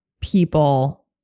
people